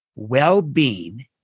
well-being